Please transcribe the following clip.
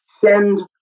send